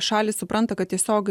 šalys supranta kad tiesiog